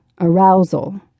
arousal